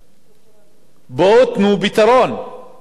בואו תנו פתרון, אם אין לכם פתרון,